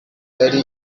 yari